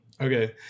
Okay